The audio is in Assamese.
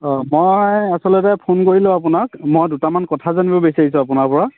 অঁ মই আচলতে ফোন কৰিলোঁ আপোনাক মই দুটামান কথা জানিব বিচাৰিছোঁ আপোনাৰ পৰা